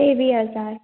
उहे बि असांजे